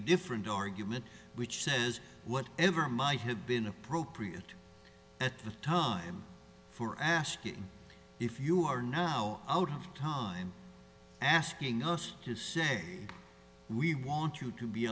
a different argument which says what ever might have been appropriate at the time for asking if you are now out of time asking us to say we want you to be